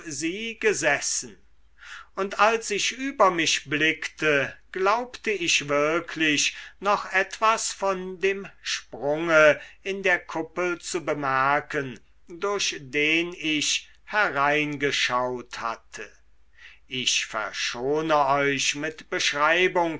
sie gesessen und als ich über mich blickte glaubte ich wirklich noch etwas von dem sprunge in der kuppel zu bemerken durch den ich hereingeschaut hatte ich verschone euch mit beschreibung